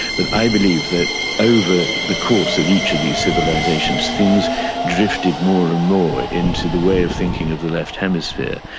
but i believe that over the course of each of these civilisations things drifted more and more into the way of thinking of the left hemisphere,